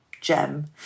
gem